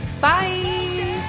Bye